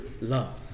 love